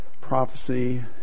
prophecy